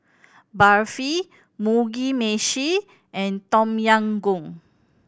Barfi Mugi Meshi and Tom Yam Goong